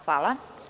Hvala.